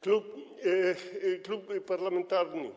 Klub Parlamentarny